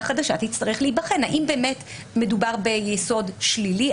חדשה תצטרך האם באמת מדובר ביסוד שלילי,